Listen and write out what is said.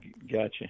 Gotcha